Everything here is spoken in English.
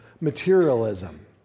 materialism